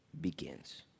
begins